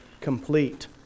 complete